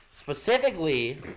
specifically